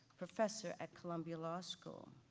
professor at columbia law school.